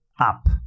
up